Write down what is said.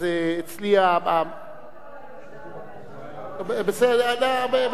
אז אצלי, אני רוצה להודות לו על, בסדר.